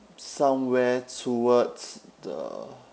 somewhere towards the